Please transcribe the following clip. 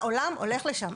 העולם הולך לשם.